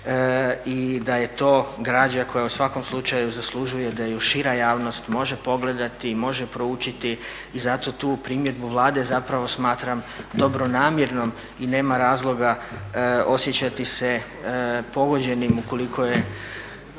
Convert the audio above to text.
i da je to građa koja u svakom slučaju zaslužuje da ju šira javnost može pogledati i može proučiti i zato tu primjedbu Vlade zapravo smatram dobronamjernom i nema razloga osjećati se pogođenim ukoliko je